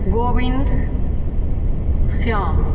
Govind Shyam